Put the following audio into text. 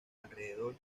alrededor